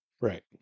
Right